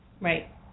Right